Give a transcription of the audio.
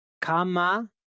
Kama